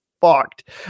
fucked